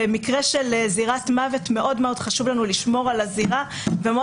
במקרה של זירת מוות מאוד חשוב לנו לשמור על הזירה ומאוד